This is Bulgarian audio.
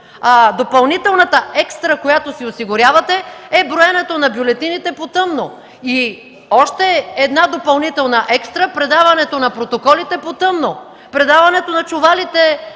Допълнителната екстра, която си осигурявате, е броенето на бюлетините по тъмно. И още една допълнителна екстра е предаването на протоколите по тъмно, предаването на чувалите